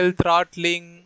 throttling